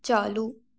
चालू